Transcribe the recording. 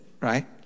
right